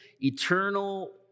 eternal